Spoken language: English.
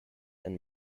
and